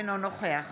אינו נוכח